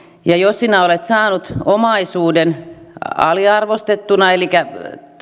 ja jos olet saanut omaisuuden aliarvostettuna elikkä